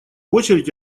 очередь